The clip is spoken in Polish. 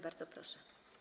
Bardzo proszę.